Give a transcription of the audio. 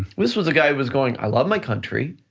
this was a guy who was going, i love my country,